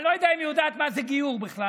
אני לא יודע אם היא יודעת מה זה גיור בכלל,